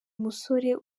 musore